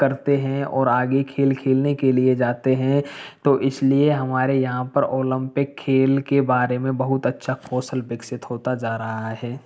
करते है और आगे खेल खेलने के लिए जाते हैं तो इसलिए हमारे यहाँ पर ओलम्पिक खेल के बारे में बहुत अच्छा कौशल विकसित होता जा रहा है